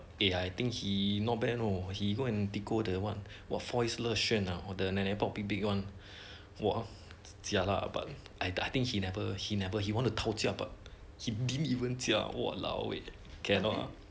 eh I think he not bad you know he go tiko the what foyce le xuan the neh neh pok big big one !wah! jialat lah but I think he never he never he wanted tao jia but he didn't even jia !walao! cannot eh cannot lah